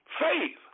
faith